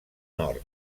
nord